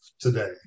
today